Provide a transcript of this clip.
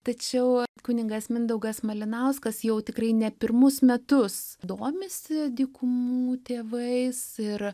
tačiau kunigas mindaugas malinauskas jau tikrai ne pirmus metus domisi dykumų tėvais ir